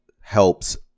helps